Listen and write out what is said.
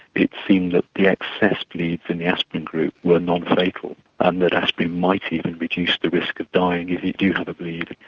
it seemed that the excess bleeds in the aspirin group were non-fatal and that aspirin might even reduce the risk of dying if you do have a bleed.